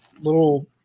little